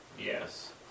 Yes